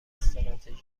استراتژی